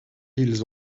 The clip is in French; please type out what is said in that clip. ils